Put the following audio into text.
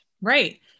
right